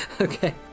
Okay